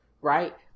right